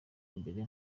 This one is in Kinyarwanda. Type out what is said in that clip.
imbere